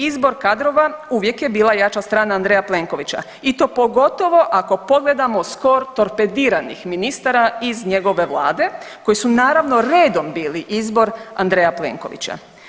Izvor kadrova uvijek je bila jača strana Andreja Plenkovića i to pogotovo ako pogledamo score torpediranih ministara iz njegove Vlade koji su, naravno, redom bili izbor Andreja Plenkovića.